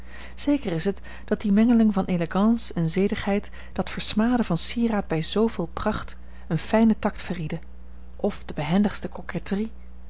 zeker is het dat die mengeling van élégance en zedigheid dat versmaden van sieraad bij zooveel pracht een fijnen tact verrieden of de behendigste coquetterie